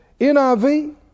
NIV